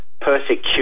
persecution